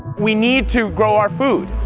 we need to grow our food.